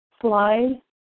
slide